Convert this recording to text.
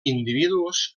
individus